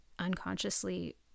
unconsciously